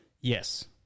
Yes